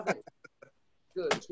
good